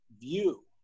view